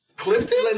Clifton